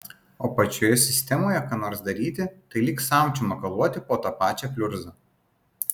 o pačioje sistemoje ką nors daryti tai lyg samčiu makaluoti po tą pačią pliurzą